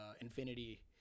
infinity